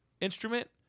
instrument